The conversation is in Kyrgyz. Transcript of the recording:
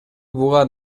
буга